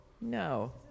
No